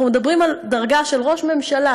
אנחנו מדברים על דרגה של ראש ממשלה,